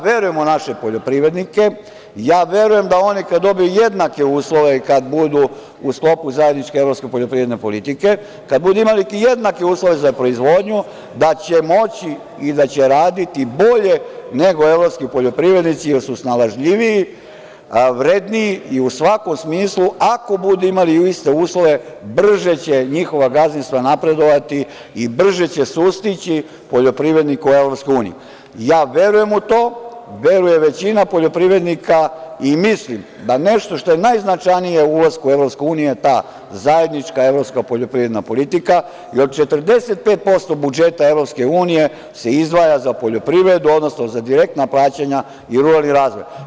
Verujem u naše poljoprivrednike, ja verujem da one kada dobiju jednake uslove kada budu u sklopu zajedničke evropske poljoprivredne politike, kada budu imali jednake uslove za proizvodnju da će moći i da će raditi bolje nego evropski poljoprivrednici jer su snalažljiviji, vredniji i u svakom smislu, ako budu imali iste uslove brže će njihova gazdinstva napredovati i brže će sustići poljoprivrednike u EU Ja verujem u to, veruje većina poljoprivrednika i mislim da nešto što je najznačajnije od ulaska u EU je ta zajednička evropska poljoprivredna politika, jer 45% budžeta EU se izdvaja za poljoprivredu, odnosno za direktna plaćanja i ruralni razvoj.